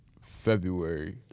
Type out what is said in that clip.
February